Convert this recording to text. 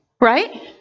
Right